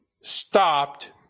stopped